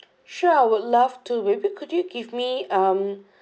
sure would love to with but could you give me um